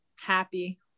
Happy